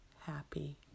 happy